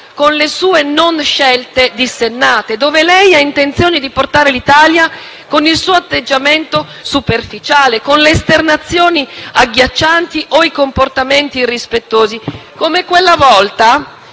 con le sue non scelte dissennate, dove lei ha intenzione di portare l'Italia con il suo atteggiamento superficiale, con le sue esternazioni agghiaccianti e i comportamenti irrispettosi. Come quella volta